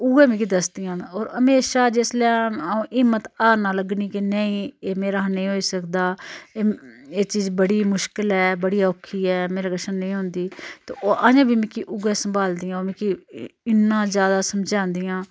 उयै मिकी दस्सदियां न होर हमेशां जिसलै आ'ऊं हिम्मत हारना लगनी कि नेईं एह् मेरा हा नेईं होई सकदा एह् चीज बड़ी मुश्कल ऐ बड़ी औक्खी ऐ मेरे कशा नेईं होंदी ते ओह् अजें बी मिकी उयै संभालदियां ओह् मिकी इन्ना ज्यादा समझांदियां